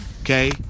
Okay